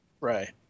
Right